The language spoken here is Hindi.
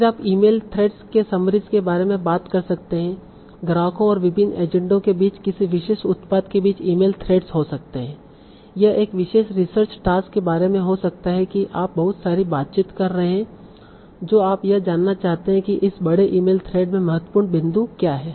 फिर आप ईमेल थ्रेड्स के समरीस के बारे में बात कर सकते हैं ग्राहकों और विभिन्न एजेंटों के बीच किसी विशेष उत्पाद के बीच ईमेल थ्रेड्स हो सकते हैं यह एक विशेष रिसर्च टास्क के बारे में हो सकता है कि आप बहुत सारी बातचीत कर रहे हैं जो आप यह जानना चाहते हैं कि इस बड़े ईमेल थ्रेड में महत्वपूर्ण बिंदु क्या हैं